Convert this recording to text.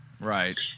right